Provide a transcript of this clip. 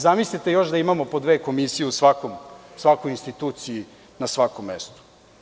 Zamislite još da imamo po dve komisije u svakoj instituciji, na svakom mestu.